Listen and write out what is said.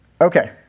Okay